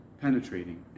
penetrating